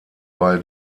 bei